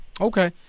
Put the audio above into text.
Okay